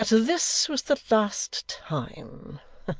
that this was the last time.